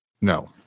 No